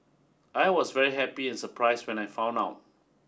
I was very happy and surprised when I found out